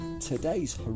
today's